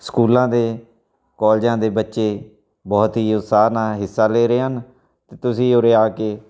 ਸਕੂਲਾਂ ਦੇ ਕੋਲਜਾਂ ਦੇ ਬੱਚੇ ਬਹੁਤ ਹੀ ਉਤਸ਼ਾਹ ਨਾਲ ਹਿੱਸਾ ਲੇ ਰਹੇ ਹਨ ਅਤੇ ਤੁਸੀਂ ਉਰੇ ਆ ਕੇ